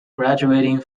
graduating